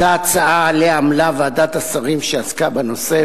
אותה הצעה שעליה עמלה ועדת השרים שעסקה בנושא,